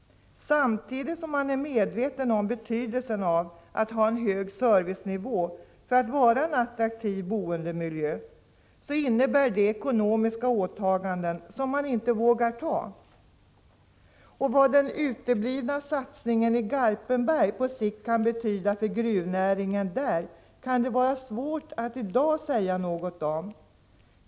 Man är medveten om betydelsen av att ha en hög servicenivå för att vara en attraktiv boendemiljö, men tillhandahållandet av god service innebär ekonomiska åtaganden som man inte vågar sig på. Vad den uteblivna satsningen i Garpenberg på sikt kan betyda för gruvnäringen där kan det vara svårt att i dag säga något om.